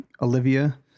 Olivia